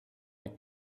ein